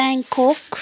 Bangkok